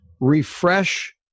refresh